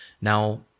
Now